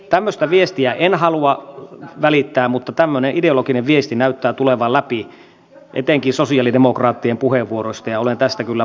tämmöistä viestiä en halua välittää mutta tämmöinen ideologinen viesti näyttää tulevan läpi etenkin sosialidemokraattien puheenvuoroista ja olen tästä kyllä pahoillani